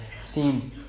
seemed